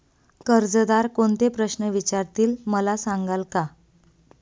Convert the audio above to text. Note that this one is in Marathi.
कर्जदार कोणते प्रश्न विचारतील, मला सांगाल का?